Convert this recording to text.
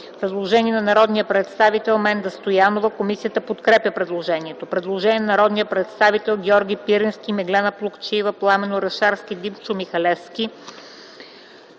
Предложение от народния представител Менда Стоянова. Комисията подкрепя предложението. Предложение от народните представители Георги Пирински, Меглена Плугчиева, Пламен Орешарски и Димчо Михалевски